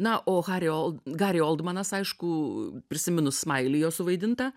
na o hari ol gari oldmanas aišku prisiminus smailį jo suvaidintą